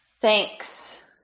Thanks